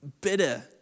bitter